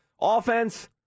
Offense